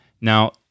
Now